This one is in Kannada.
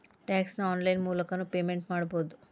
ಟ್ಯಾಕ್ಸ್ ನ ಆನ್ಲೈನ್ ಮೂಲಕನೂ ಪೇಮೆಂಟ್ ಮಾಡಬೌದು